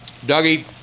Dougie